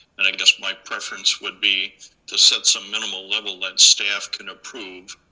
and i guess my preference would be to set some minimal level that staff can approve,